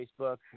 Facebook